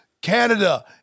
Canada